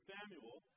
Samuel